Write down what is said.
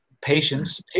Patience